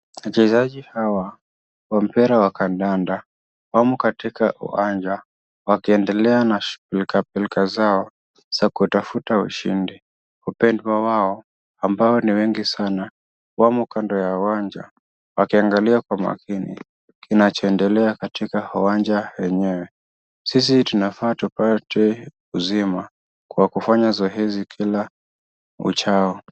Wachezaji hawa wa mpira wa kandanda wamo katika uwanja wakiendelea na pilka pilka zao za kutafuta ushindi, wapendwa wao ambao ni wengi sana, wamo kando ya uwanja wakiangalia kwa makini kinachoendelea katika uwanja wenyewe. Sisi tunafaa tupata uzima kwa kufanya zoezi kila uchao.